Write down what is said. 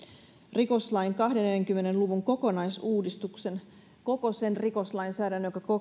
rikoslain kahdenkymmenen luvun kokonaisuudistuksen koko sitä rikoslainsäädäntöä joka